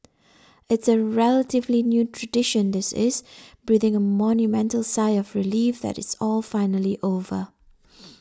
it's a relatively new tradition this is breathing a monumental sigh of relief that it's all finally over